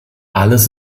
alles